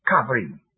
covering